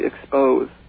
expose